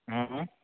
हूँ